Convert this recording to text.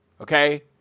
Okay